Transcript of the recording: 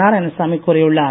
நாராயணசாமி கூறியுள்ளார்